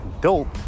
dope